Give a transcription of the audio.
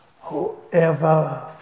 Whoever